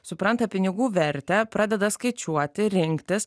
supranta pinigų vertę pradeda skaičiuoti rinktis